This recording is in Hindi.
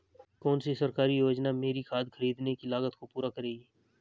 कौन सी सरकारी योजना मेरी खाद खरीदने की लागत को पूरा करेगी?